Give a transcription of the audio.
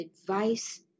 advice